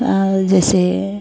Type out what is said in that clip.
आओर जइसे